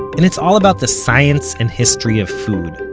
and it's all about the science and history of food.